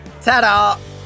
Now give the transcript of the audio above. Ta-da